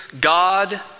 God